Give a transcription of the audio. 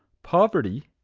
poverty,